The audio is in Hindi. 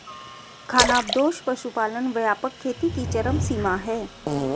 खानाबदोश पशुपालन व्यापक खेती की चरम सीमा है